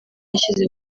yashyize